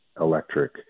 electric